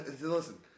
Listen